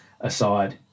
aside